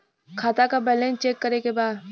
खाता का balance check करे के बा?